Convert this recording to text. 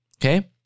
Okay